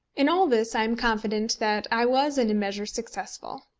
in all this i am confident that i was in a measure successful.